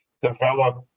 develop